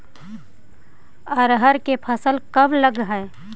अरहर के फसल कब लग है?